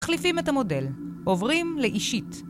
מחליפים את המודל. עוברים לאישית.